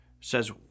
says